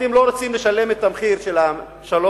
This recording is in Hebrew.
אתם לא רוצים לשלם את המחיר של השלום,